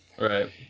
right